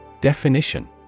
Definition